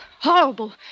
Horrible